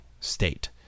state